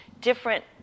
different